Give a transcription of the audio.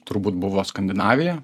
turbūt buvo skandinavija